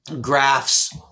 graphs